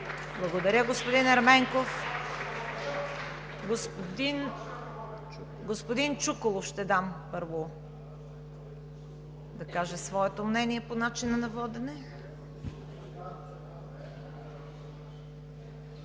Благодаря, господин Ерменков. Господин Чуколов, за да каже своето мнение по начина на водене.